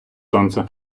сонце